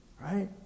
Right